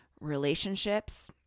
relationships